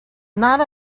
not